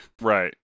Right